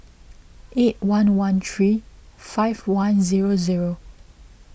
eight one one three five one zero zero